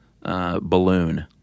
balloon